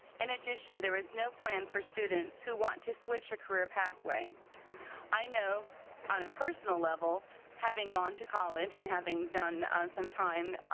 in addition there is no plan for students who want to switch a career pathway i know on a personal level having gone to college and having done some time